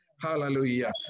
Hallelujah